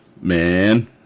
Man